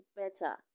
better